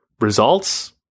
results